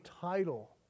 title